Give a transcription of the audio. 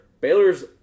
Baylor's